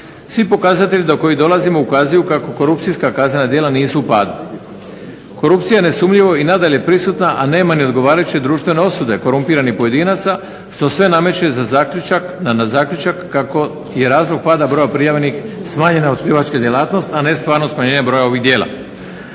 svi pokazatelji do kojih dolazimo ukazuju kako korupcijska kaznena djela nisu u padu. Korupcija je nesumnjivo i nadalje prisutna, a nema ni odgovarajuće društvene osude korumpiranih pojedinaca što sve nameće na zaključak kako je razlog pada broja prijavljenih smanjenja otkrivačka djelatnost, a ne stvarno smanjenje broja ovih djela.